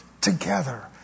together